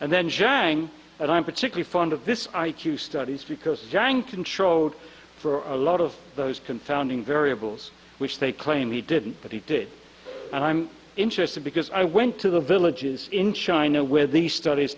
and then jang and i'm particularly fond of this i q studies because jang controlled for a lot of those confounding variables which they claim he didn't but he did and i'm interested because i went to the villages in china where the studies